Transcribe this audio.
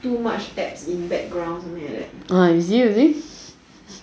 too much apps in background something like that ah you see you see